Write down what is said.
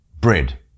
bread